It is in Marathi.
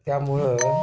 त्यामुळं